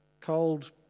cold